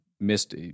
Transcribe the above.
missed